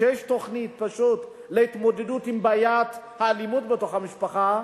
שיש תוכנית להתמודדות עם בעיית האלימות בתוך המשפחה,